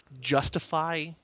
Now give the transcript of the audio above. justify